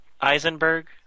Eisenberg